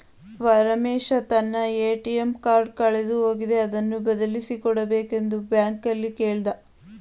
ಪರಮೇಶ ತನ್ನ ATM card ಕಳೆದು ಹೋಗಿದೆ ಅದನ್ನು ಬದಲಿಸಿ ಕೊಡಬೇಕೆಂದು ಬ್ಯಾಂಕಲ್ಲಿ ಕೇಳ್ದ